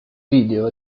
video